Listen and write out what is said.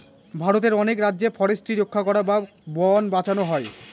ভারতের অনেক রাজ্যে ফরেস্ট্রি রক্ষা করা বা বোন বাঁচানো হয়